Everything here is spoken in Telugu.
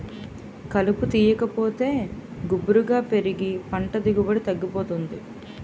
కలుపు తీయాకపోతే గుబురుగా పెరిగి పంట దిగుబడి తగ్గిపోతుంది